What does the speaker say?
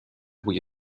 avui